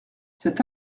cet